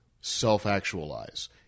self-actualize